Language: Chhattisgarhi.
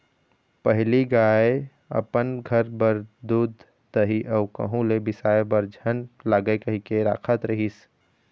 पहिली गाय अपन घर बर दूद, दही अउ कहूँ ले बिसाय बर झन लागय कहिके राखत रिहिस